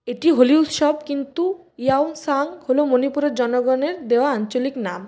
এটি হোলি উৎসব কিন্তু ইয়াওসাং হল মণিপুরের জনগণের দেওয়া আঞ্চলিক নাম